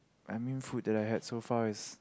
I mean food the like had so far is